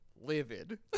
livid